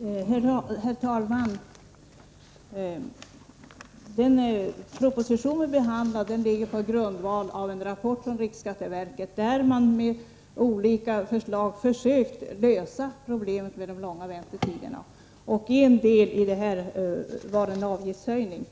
Herr talman! Den proposition vi behandlar bygger på en rapport från riksskatteverket, där man med olika förslag har försökt att lösa problemet med de långa väntetiderna. Ett av dessa förslag var en avgiftshöjning.